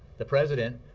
the president